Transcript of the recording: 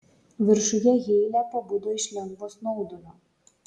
viršuje heile pabudo iš lengvo snaudulio